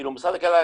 משרד הכלכלה,